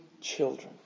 children